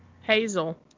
Hazel